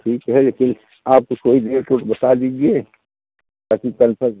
ठीक है लेकिन आप कोई रेट वेट बता दीजिए ताकि कंफर्म रहे